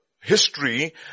history